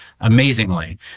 amazingly